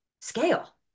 Scale